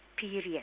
period